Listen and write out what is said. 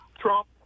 Trump